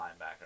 linebacker